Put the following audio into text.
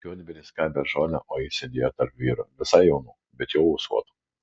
juodbėris skabė žolę o jis sėdėjo tarp vyrų visai jaunų bet jau ūsuotų